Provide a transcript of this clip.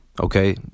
Okay